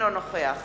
אינו נוכח